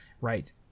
right